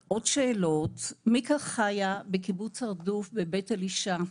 מיקה חיה בקיבוץ הרדוף בבית אלישע.